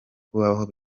kubabaho